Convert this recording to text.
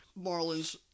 Marlins